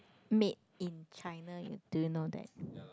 made in China you do you know that